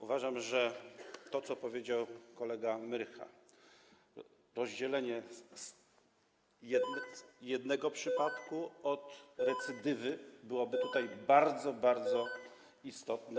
Uważam, że - to co powiedział kolega Myrcha - rozdzielenie jednego przypadku od recydywy byłoby tutaj bardzo, bardzo istotne.